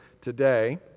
today